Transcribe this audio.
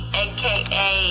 aka